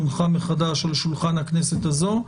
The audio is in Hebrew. הונחה מחדש על שולחן הכנסת הזאת,